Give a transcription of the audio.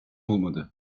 olmadı